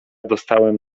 dostałem